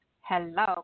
Hello